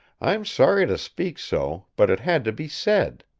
i am sorry to speak so, but it had to be said.